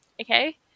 Okay